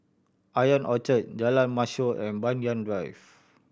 Ion Orchard Jalan Mashhor and Banyan Drive